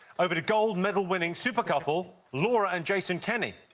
over to gold medal-winning super couple laura and jason kenny.